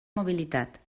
mobilitat